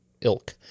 ilk